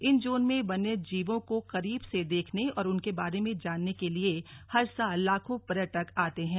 इन zone में वन्यजीवों को करीब से देखने और उनके बारे में जानने के लिए हर साल लाखों पर्यटक आते हैं